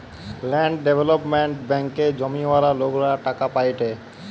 land development ব্যাঙ্কে জমিওয়ালা লোকরা টাকা পায়েটে